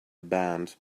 band